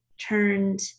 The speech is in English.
turned